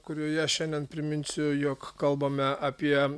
kurioje šiandien priminsiu jog kalbame apie